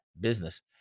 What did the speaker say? business